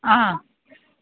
ആ